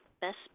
best